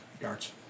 yards